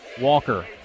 Walker